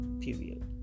period